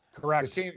Correct